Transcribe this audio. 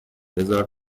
بزار